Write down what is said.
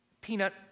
Peanut